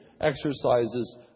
exercises